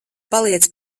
paliec